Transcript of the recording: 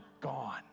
gone